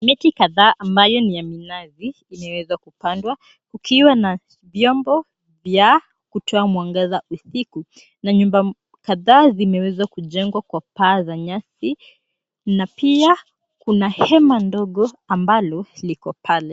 Miti kadhaa ambayo ni ya minazi imewezwa kupandwa kukiwa na vyombo vya kutoa mwangaza usiku na nyumba kadhaa zimeweza kujengwa kwa paa za nyasi na pia kuna hema ndogo ambalo liko pale.